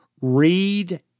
read